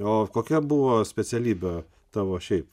o kokia buvo specialybė tavo šiaip